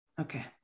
Okay